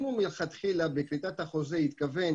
אם הוא מלכתחילה בכריתת החוזה התכוון